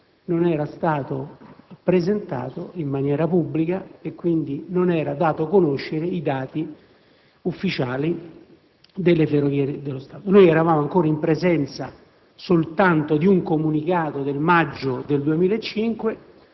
non era stato presentato in maniera pubblica e quindi non era dato conoscere i dati ufficiali. Noi eravamo ancora in presenza soltanto di un comunicato del maggio 2005